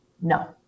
no